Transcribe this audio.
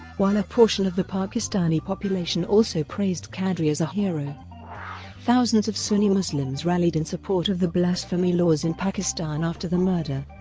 while a portion of the pakistani population also praised qadri as a hero thousands of sunni muslims rallied in support of the blasphemy laws in pakistan after the murder,